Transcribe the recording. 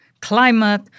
climate